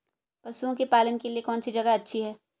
पशुओं के पालन के लिए कौनसी जगह अच्छी है?